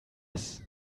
sms